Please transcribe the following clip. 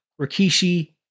Rikishi